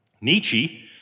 Nietzsche